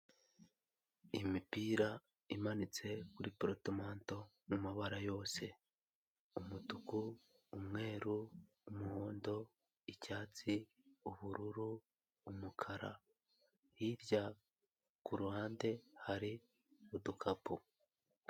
Imipira imanitse kuri porutomanto mu mabara yose umutuku, umweru, umuhondo, icyatsi, ubururu, umukara hirya ku ruhande hari udukapu.